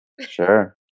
Sure